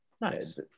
Nice